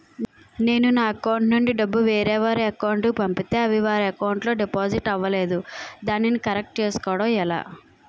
నేను నా అకౌంట్ నుండి డబ్బు వేరే వారి అకౌంట్ కు పంపితే అవి వారి అకౌంట్ లొ డిపాజిట్ అవలేదు దానిని కరెక్ట్ చేసుకోవడం ఎలా?